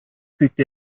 fügte